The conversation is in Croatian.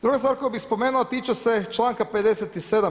Druga stvar koju bi spomenuo a tiče se članka 57.